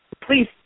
please